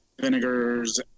vinegars